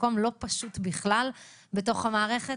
מקום לא פשוט בכלל בתוך המערכת.